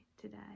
today